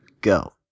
go